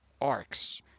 arcs